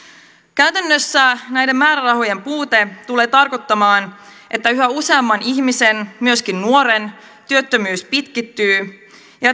käytännössä näiden määrärahojen puute tulee tarkoittamaan että yhä useamman ihmisen myöskin nuoren työttömyys pitkittyy ja